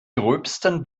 gröbsten